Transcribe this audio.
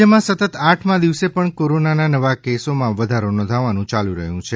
રાજ્યમાં સતત આઠમાં દિવસે પણ કોરોનાના નવા કેસોમાં વધારો નોંધાવાનું ચાલુ રહ્યું છે